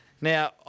Now